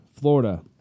Florida